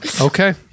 Okay